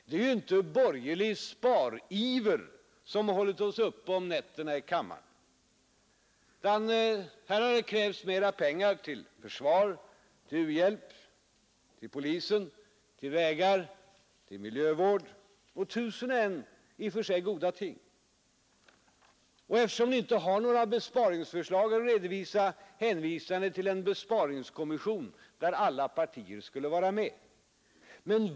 Det är inte borgerlig spariver som har hållit oss uppe om nätterna i kam maren, utan här har krävts mera pengar till försvar, u-hjälp, polis, vägar, miljövård och tusen och ett i och för sig goda ting. Eftersom ni inte har några besparingsförslag att redovisa, hänvisar ni till en besparingskommission, där alla partier skall vara med.